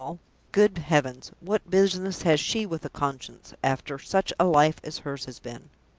good heavens, what business has she with a conscience, after such a life as hers has been!